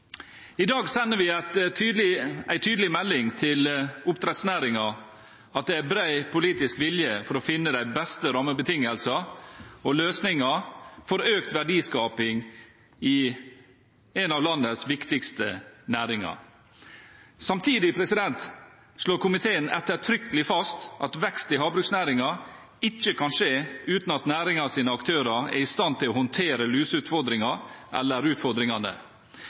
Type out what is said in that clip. I dag sender vi en tydelig melding til oppdrettsnæringen om at det er en bred politisk vilje til å finne de beste rammebetingelsene og løsningene for økt verdiskaping i en av landets viktigste næringer. Samtidig slår komiteen ettertrykkelig fast at vekst i havbruksnæringen ikke kan skje uten at næringens aktører er i stand til å håndtere lusutfordringen eller